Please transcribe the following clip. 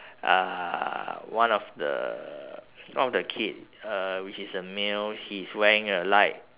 uh one of the one of the kid uh which is a male he's wearing a light